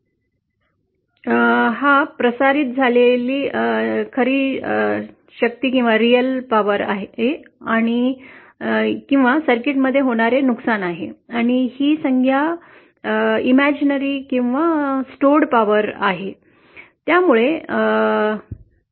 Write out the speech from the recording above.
हा शब्द प्रसारित झालेली खरी शक्ती आहे किंवा सर्किटमध्ये होणारे नुकसान आहे आणि ही संज्ञा काल्पनिक शक्ती किंवा साठवलेली शक्ती आहे